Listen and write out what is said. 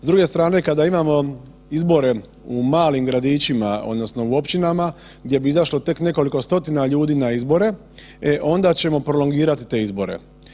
S druge strane kada imamo izbore u malim gradićima odnosno u općinama gdje bi izašlo tek nekoliko stotina ljudi na izbore, e onda ćemo prolongirat te izbore.